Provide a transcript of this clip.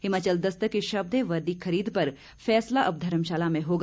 हिमाचल दस्तक के शब्द हैं वर्दी खरीद पर फैसला अब धर्मशाला में होगा